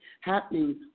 happening